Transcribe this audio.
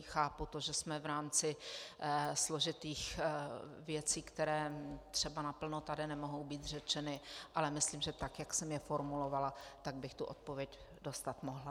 Chápu to, že jsme v rámci složitých věcí, které třeba naplno tady nemohou být řečeny, ale myslím, že tak, jak jsem je formulovala, tak bych tu odpověď dostat mohla.